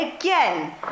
again